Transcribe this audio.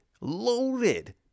loaded